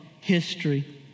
history